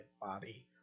body